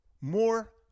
more